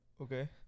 Okay